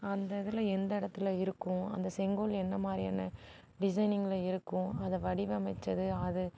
அந்த இதில் எந்த இடத்தில் இருக்கும் அந்த செங்கோல் என்ன மாதிரியான டிசைனிங்கில் இருக்கும் அதை வடிவமைத்தது ஆது